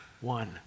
one